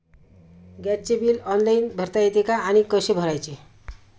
गॅसचे bill online भरता येते का आणि कसे भरायचे?